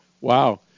Wow